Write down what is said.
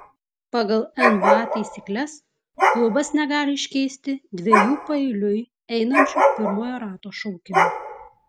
pagal nba taisykles klubas negali iškeisti dviejų paeiliui einančių pirmojo rato šaukimų